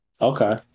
Okay